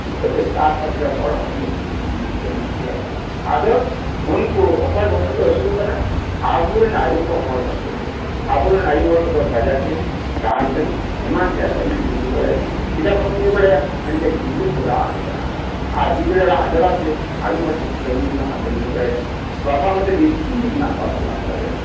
ᱱᱤᱛᱳᱜ ᱫᱚ ᱪᱟᱥᱵᱟᱥ ᱨᱮ ᱦᱚᱲ ᱦᱚᱯᱚᱱ ᱫᱚ ᱠᱷᱩᱵ ᱩᱱᱱᱚᱛᱤ ᱫᱚ ᱵᱟᱹᱱᱩᱜ ᱠᱚᱣᱟ ᱟᱫᱚ ᱩᱱᱠᱩ ᱚᱠᱚᱭ ᱠᱷᱟᱹᱛᱤᱨ ᱛᱮᱠᱚ ᱟᱹᱥᱩᱞᱚᱜ ᱠᱟᱱᱟ ᱟᱵᱚᱨᱮᱱ ᱟᱹᱭᱩ ᱠᱚ ᱦᱚᱲ ᱠᱷᱟᱹᱛᱤᱨ ᱛᱮ ᱟᱵᱚ ᱨᱮᱱ ᱟᱹᱭᱩ ᱦᱚᱲ ᱠᱚᱫᱚ ᱵᱟᱡᱟᱨ ᱠᱟᱹᱢᱤ ᱰᱟᱦᱟᱨ ᱠᱟᱹᱢᱤ ᱮᱢᱟᱱ ᱛᱮᱭᱟᱜ ᱠᱟᱹᱢᱤ ᱠᱚ ᱧᱤᱨ ᱵᱟᱲᱟᱭ ᱠᱟᱱᱟ ᱪᱮᱫᱟᱜ ᱵᱟᱠᱚ ᱧᱤᱨ ᱵᱟᱲᱟᱭᱟ ᱮᱱᱛᱮᱫ ᱜᱤᱫᱽᱨᱟᱹ ᱠᱚ ᱨᱟᱜ ᱟᱠᱚ ᱠᱟᱱᱟ ᱟᱨ ᱜᱤᱫᱽᱨᱟᱹ ᱨᱟᱜ ᱡᱟᱞᱟᱛᱮ ᱟᱹᱭᱩ ᱦᱚᱲ ᱫᱚᱠᱚ ᱠᱟᱹᱢᱤ ᱠᱚ ᱧᱤᱨ ᱵᱟᱲᱟᱭ ᱠᱟᱱᱟ ᱵᱟᱵᱟ ᱦᱚᱲ ᱫᱚ ᱱᱤᱥᱪᱤᱱᱛᱤ ᱢᱮᱱᱟᱜ ᱠᱚᱣᱟ ᱴᱚᱞᱟ ᱯᱟᱲᱟ ᱨᱮ